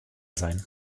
sein